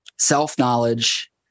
Self-knowledge